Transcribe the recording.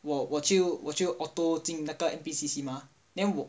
我我就我就 auto 进那个 N_P_C_C mah then 我就